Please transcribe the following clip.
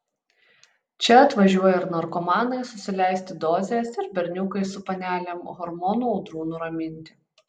čia atvažiuoja ir narkomanai susileisti dozės ir berniukai su panelėm hormonų audrų nuraminti